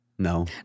No